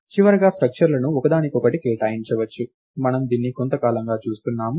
చివరగా స్ట్రక్చర్లను ఒకదానికొకటి కేటాయించవచ్చు మనము దీన్ని కొంతకాలంగా చూస్తున్నాము